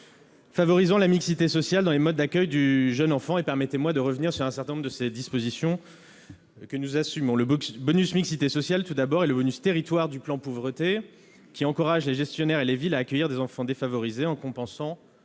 favorisant la mixité sociale dans les modes d'accueil du jeune enfant. Permettez-moi de revenir sur un certain nombre de ces dispositions, que nous assumons. Tout d'abord, le bonus « mixité sociale » et le bonus « territoire » du plan Pauvreté encouragent les gestionnaires et les villes à accueillir des enfants défavorisés, en compensant